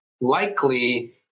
likely